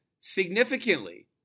significantly